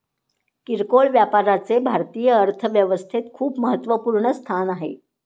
किरकोळ व्यापाराचे भारतीय अर्थव्यवस्थेत खूप महत्वपूर्ण स्थान आहे